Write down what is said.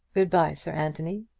good-bye, sir anthony.